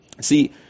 See